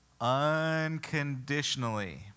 unconditionally